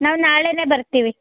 ನಾವು ನಾಳೆನೇ ಬರ್ತೀವಿ